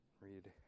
Read